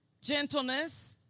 gentleness